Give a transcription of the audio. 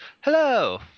Hello